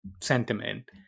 sentiment